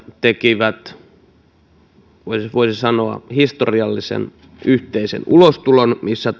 tekivät voisi sanoa historiallisen yhteisen ulostulon missä